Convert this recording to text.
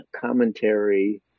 commentary